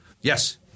yes